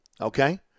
Okay